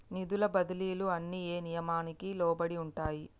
నిధుల బదిలీలు అన్ని ఏ నియామకానికి లోబడి ఉంటాయి?